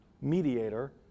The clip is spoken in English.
mediator